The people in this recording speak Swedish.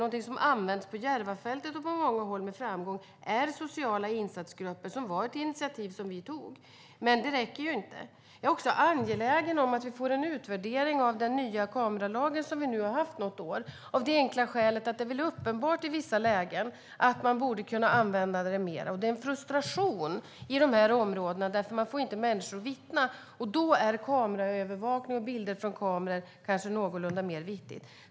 Någonting som har använts med framgång på Järvafältet och på många andra håll är sociala insatsgrupper, som var ett initiativ som vi tog. Men det räcker ju inte. Jag är också angelägen om att vi får en utvärdering av den nya kameralagen som vi nu har haft i något år av det enkla skälet att det i vissa lägen är uppenbart att man borde kunna använda kameror mer. Det finns en frustration i de här områdena eftersom man inte får människor att vittna. Då är kameraövervakning och bilder från kameror kanske mer vettigt.